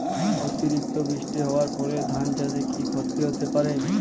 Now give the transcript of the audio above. অতিরিক্ত বৃষ্টি হওয়ার ফলে ধান চাষে কি ক্ষতি হতে পারে?